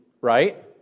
right